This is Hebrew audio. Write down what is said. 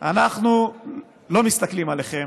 אנחנו לא מסתכלים עליכם,